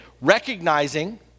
recognizing